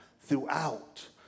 throughout